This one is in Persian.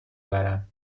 برم